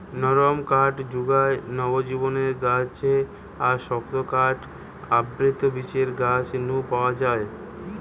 নরম কাঠ জুগায় নগ্নবীজের গাছ আর শক্ত কাঠ আবৃতবীজের গাছ নু পাওয়া যায়